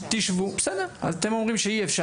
בסדר, אתם אומרים שאי-אפשר?